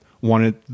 wanted